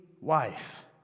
wife